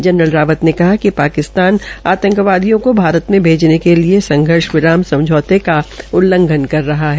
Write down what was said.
general Rawat ने कहा कि पाकिस्तान आंतकवादियों को भारत में भेजने के लिए संघर्ष विराम समझौते का उल्लंघन कर रहा है